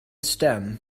stem